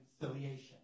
reconciliation